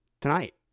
tonight